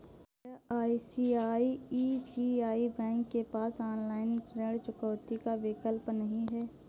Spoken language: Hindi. क्या आई.सी.आई.सी.आई बैंक के पास ऑनलाइन ऋण चुकौती का विकल्प नहीं है?